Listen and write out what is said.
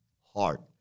heart